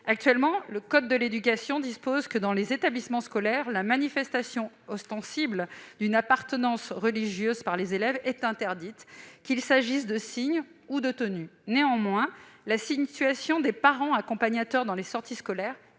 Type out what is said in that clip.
Actuellement, le code de l'éducation dispose que, dans les établissements scolaires, la manifestation ostensible d'une appartenance religieuse par les élèves est interdite, qu'il s'agisse de signes ou de tenues. Néanmoins, la situation des parents accompagnateurs dans les sorties scolaires